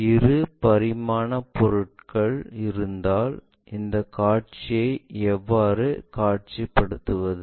இரு பரிமாண பொருள்கள் இருந்தால் இந்த காட்சிகளை எவ்வாறு காட்சிப்படுத்துவது